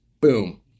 Boom